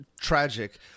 Tragic